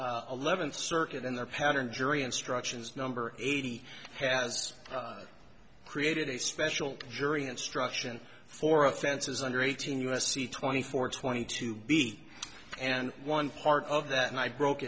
the eleventh circuit in their pattern jury instructions number eighty has created a special jury instruction for offenses under eighteen u s c twenty four twenty two b and one part of that and i broke